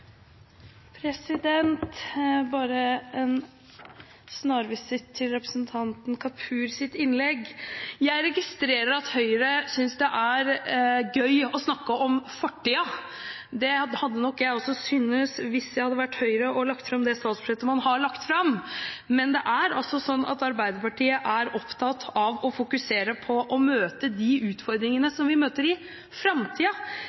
har bare en snarvisitt til representanten Kapurs innlegg. Jeg registrerer at Høyre synes det er gøy å snakke om fortiden. Det ville nok også jeg synes hvis jeg hadde vært i Høyre og hadde lagt fram det statsbudsjettet de har lagt fram. Men Arbeiderpartiet er opptatt av å fokusere på de utfordringene